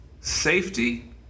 safety